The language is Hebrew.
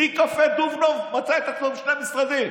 מקפה דובנוב מצא את עצמו בשני המשרדים.